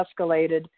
escalated